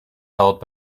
held